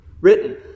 written